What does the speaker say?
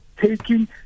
Taking